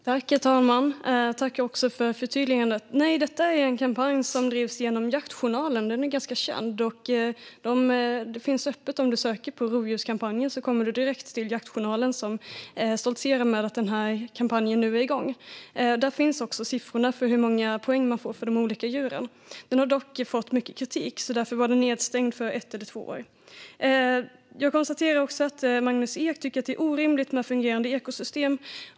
Herr talman! Jag tackar för förtydligandet. Nej, detta är en kampanj som drivs av Jaktjournalen, och den är ganska känd. Om du, Magnus Ek, söker på Rovdjurskampanjen kommer du direkt till Jaktjournalen som stoltserar med att denna kampanj nu är igång. Där framgår också hur många poäng som man får för de olika djuren. Denna kampanj har dock fått mycket kritik. Därför var den nedstängd under ett eller två år. Jag konstaterar att Magnus Ek tycker att det är orimligt med fungerande ekosystem.